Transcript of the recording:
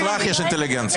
רק לך יש אינטליגנציה.